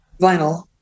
vinyl